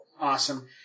Awesome